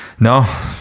No